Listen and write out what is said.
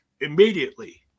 immediately